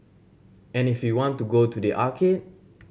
and if you want to go to the arcade